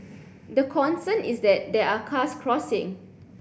the concern is that there are cars crossing